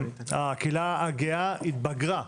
הקהילה הגאה התבגרה,